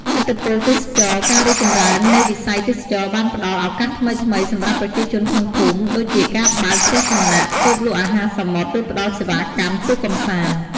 ឥទ្ធិពលទេសចរណ៍ ការរីកចម្រើននៃវិស័យទេសចរណ៍បានផ្តល់ ឱកាសថ្មីៗ សម្រាប់ប្រជាជនក្នុងភូមិ ដូចជាការបើក ផ្ទះសំណាក់ តូបលក់អាហារសមុទ្រ ឬផ្តល់សេវាកម្ម ទូកកម្សាន្ត។